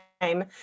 time